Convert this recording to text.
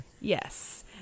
Yes